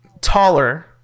taller